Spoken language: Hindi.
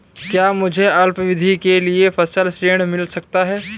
क्या मुझे अल्पावधि के लिए फसल ऋण मिल सकता है?